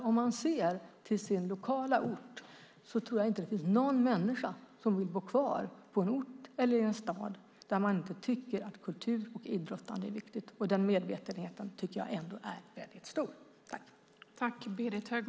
Om man ser till sin lokala ort tror jag inte att det finns någon människa som vill bo kvar på en ort eller i en stad där man inte tycker att kultur och idrottande är viktigt, och den medvetenheten tycker jag ändå är väldigt stor.